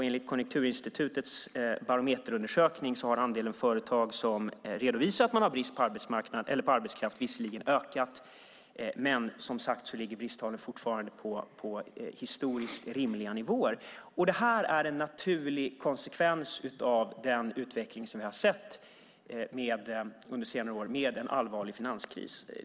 Enligt Konjunkturinstitutets barometerundersökning har andelen företag som redovisar att man har brist på arbetskraft visserligen ökat, men bristtalen ligger som sagt fortfarande på historiskt rimliga nivåer. Det här är en naturlig konsekvens av den utveckling vi har sett under senare år med en allvarlig finanskris.